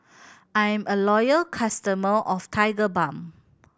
I'm a loyal customer of Tigerbalm